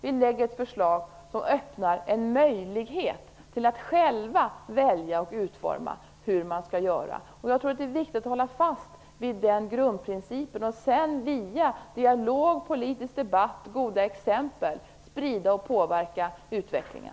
Vi lägger fram ett förslag som öppnar en möjlighet till att själva välja och utforma hur man skall göra. Jag tror att det är viktigt att hålla fast vid den grundprincipen och sedan via dialog, politisk debatt och goda exempel sprida och påverka utvecklingen.